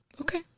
okay